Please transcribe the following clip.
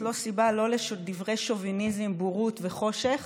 לא סיבה לא לדברי שוביניזם, בורות וחושך